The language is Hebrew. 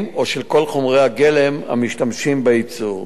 או של כל חומרי הגלם המשמשים בייצור.